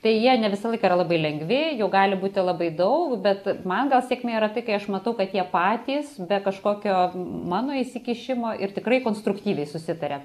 tai jie ne visą laiką yra labai lengvi jų gali būti labai daug bet man gal sėkmė yra tai kai aš matau kad jie patys be kažkokio mano įsikišimo ir tikrai konstruktyviai susitaria